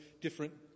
different